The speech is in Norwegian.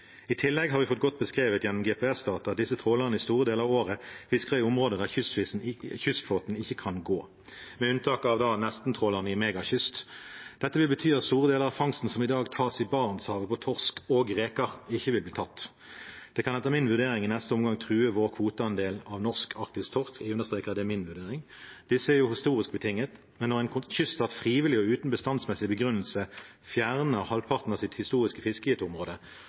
I tillegg har vi fått godt beskrevet gjennom GPS-data at disse trålerne i store deler av året fisker i områder der kystflåten ikke kan gå, med unntak av nesten-trålerne i «Mega kyst». Dette vil bety at store deler av fangsten som i dag tas av torsk og reker i Barentshavet, ikke vil bli tatt. Det kan etter min vurdering i neste omgang true vår kvoteandel av norsk arktisk torsk. Jeg understreker at det er min vurdering. Disse er jo historisk betinget, men når en kyststat frivillig og uten bestandsmessig begrunnelse fjerner halvparten av sitt historiske fiske i et